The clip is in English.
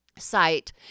site